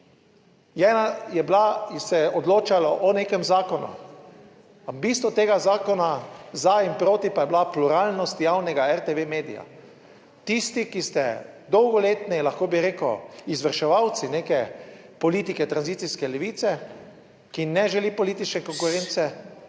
ko je bila tu, se je odločalo o nekem zakonu, bistvo tega zakona za in proti pa je bila pluralnost javnega RTV medija. Tisti, ki ste dolgoletni, lahko bi rekel izvrševalci neke politike tranzicijske levice, ki ne želi politične konkurence,